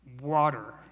water